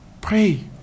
pray